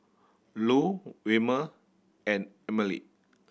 Lu Wilmer and Emely